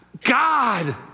God